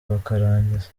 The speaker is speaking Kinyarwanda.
bakarangiza